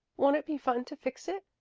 won't it be fun to fix it?